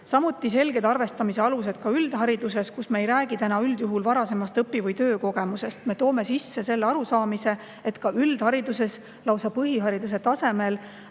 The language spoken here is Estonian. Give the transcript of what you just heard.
olema selged arvestamise alused üldhariduses, kus me praegu üldjuhul ei räägi varasemast õpi- või töökogemusest. Me toome sisse selle arusaamise, et ka üldhariduses, lausa põhihariduse tasemel,